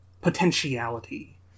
potentiality